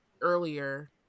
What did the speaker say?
earlier